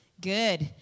Good